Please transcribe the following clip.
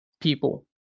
people